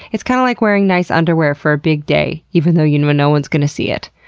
it's kind of like wearing nice underwear for a big day even though you know no one's going to see it.